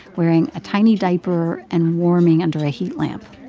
wearing a tiny diaper and warming under a heat lamp.